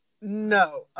No